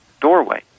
doorway